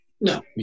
No